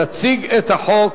תציג את החוק